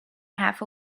half